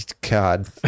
god